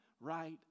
right